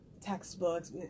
textbooks